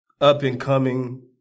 up-and-coming